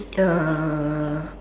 uh